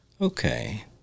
Okay